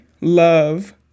love